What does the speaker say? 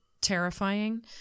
terrifying